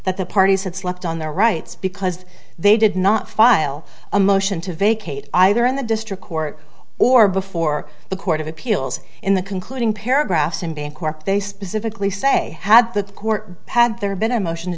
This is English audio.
that the parties had slept on their rights because they did not file a motion to vacate either in the district court or before the court of appeals in the concluding paragraphs in bancorp they specifically say had the court had there been a motion to